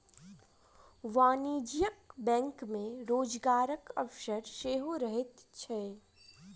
वाणिज्यिक बैंक मे रोजगारक अवसर सेहो रहैत छै